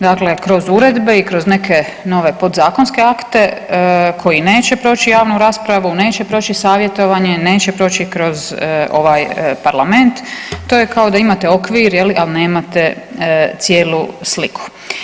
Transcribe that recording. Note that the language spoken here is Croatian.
Dakle, kroz uredbe i kroz neke nove podzakonske akte koji neće proći javnu raspravu, neće proći savjetovanje. neće proći kroz ovaj parlament, to je kao da imate okvir, je li ali nemate cijelu sliku.